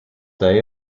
day